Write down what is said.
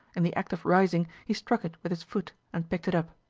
in the act of rising he struck it with his foot, and picked it up.